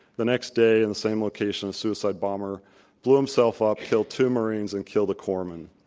the next day, in the same location, a suicide bomber blew himself up, killed two marines and killed a corpsman.